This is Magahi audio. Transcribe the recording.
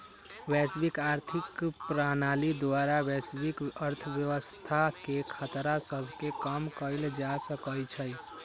वैश्विक आर्थिक प्रणाली द्वारा वैश्विक अर्थव्यवस्था के खतरा सभके कम कएल जा सकइ छइ